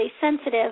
sensitive